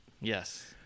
Yes